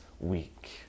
week